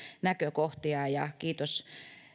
näkökohtia kiitos